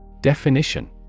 Definition